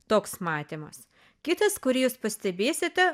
toks matymas kitas kurį jūs pastebėsite